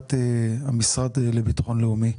ועמדת המשרד לביטחון לאומי.